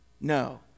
No